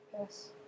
Yes